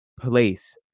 place